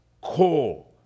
call